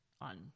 on